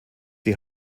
die